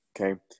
Okay